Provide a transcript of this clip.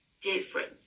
different